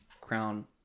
Crown